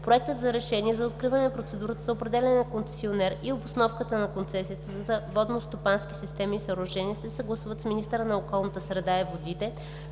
Проектът на решение за откриване на процедурата за определяне на концесионер и обосновката на концесията за водностопански системи и съоръжения се съгласуват с министъра на околната среда и водите